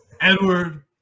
Edward